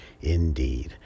indeed